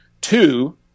Two